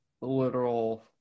literal